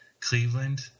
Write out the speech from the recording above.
Cleveland